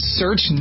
search